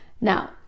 Now